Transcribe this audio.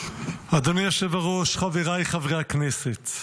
אדוני היושב-ראש, חבריי חברי הכנסת,